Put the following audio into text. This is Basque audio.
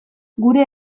gure